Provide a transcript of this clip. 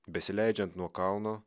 besileidžiant nuo kalno